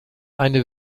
eine